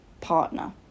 partner